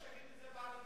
אולי תגיד את זה בערבית.